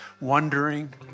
wondering